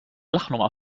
lachnummer